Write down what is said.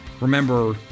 Remember